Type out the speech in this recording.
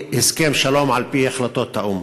ודרך המוצא היחידה היא הסכם שלום על-פי החלטות האו"ם.